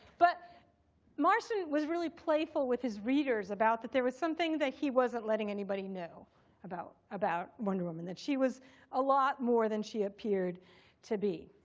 but marston was really playful with his readers about that there was something that he wasn't letting anybody know about about wonder woman, that she was a lot more than she appeared to be.